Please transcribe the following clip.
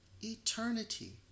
eternity